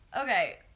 Okay